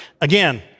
Again